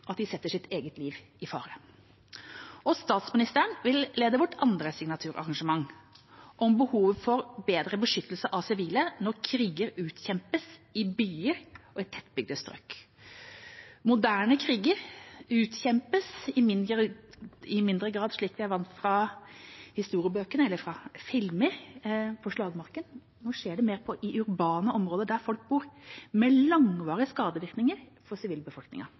at de setter eget liv i fare. Statsministeren vil lede vårt andre signaturarrangement, om behovet for bedre beskyttelse av sivile når kriger utkjempes i byer og tettbygde strøk. Moderne kriger utkjempes i mindre grad slik vi er vant med fra historiebøker eller filmer; på slagmarken. Nå skjer det mer i urbane områder der folk bor, med langvarige skadevirkninger for